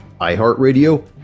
iHeartRadio